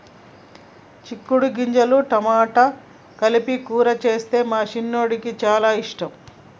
చిక్కుడు గింజలు టమాటా కలిపి కూర చేస్తే మా చిన్నోడికి చాల ఇష్టం